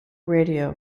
radio